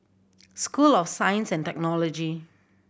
School of Science and Technology